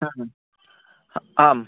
ह्म् ह्म् ह् आम्